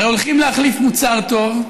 הרי הולכים להחליף מוצר טוב,